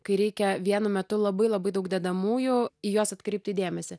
kai reikia vienu metu labai labai daug dedamųjų į juos atkreipti dėmesį